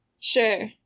Sure